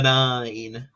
nine